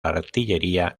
artillería